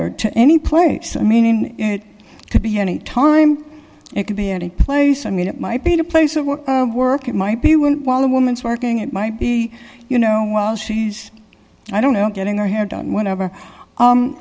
to any place i mean it could be any time it could be any place i mean it might be a place of work work it might be worth while the woman's working it might be you know while she's i don't know getting her hair done whenever